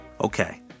Okay